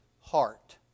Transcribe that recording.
heart